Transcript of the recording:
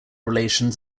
relations